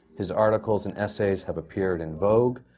his articles and essays have appeared in vogue,